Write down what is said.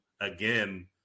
again